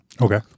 Okay